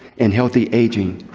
and healthy aging,